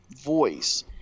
voice